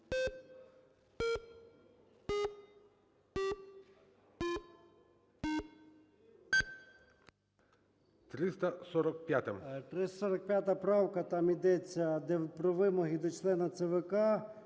О.М. 345 правка. Там ідеться про вимоги до члена ЦВК,